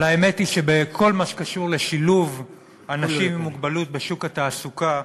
אבל האמת היא שבכל מה שקשור לשילוב אנשים עם מוגבלות בשוק התעסוקה,